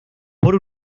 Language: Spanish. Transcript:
por